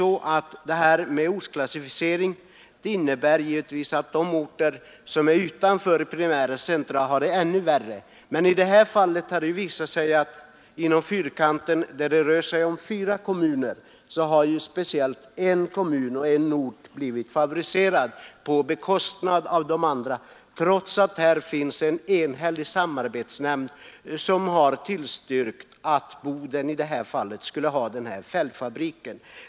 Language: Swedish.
Ortsklassificering innebär för de orter som är placerade utanför primära centra att de får det svårare. I det här fallet har det visat sig att inom Fyrkanten, där det rör sig om fyra kommuner — alla primära centra — har speciellt en kommun och en ort blivit favoriserade på bekostnad av de andra — trots att en enhällig samarbetsnämnd har tillstyrkt att fälgfabriken skulle förläggas till Boden.